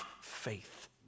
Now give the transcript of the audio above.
faith